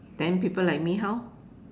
then people like me how